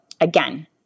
again